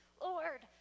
Lord